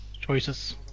choices